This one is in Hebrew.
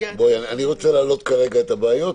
במסגרת --- אני רוצה להעלות כרגע את הבעיות,